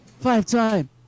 five-time